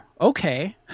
okay